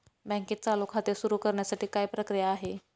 बँकेत चालू खाते सुरु करण्यासाठी काय प्रक्रिया आहे?